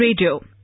Radio